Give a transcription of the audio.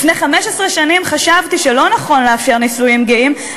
לפני 15 שנים חשבתי שלא נכון לאפשר נישואים גאים,